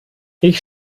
ich